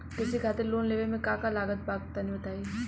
कृषि खातिर लोन लेवे मे का का लागत बा तनि बताईं?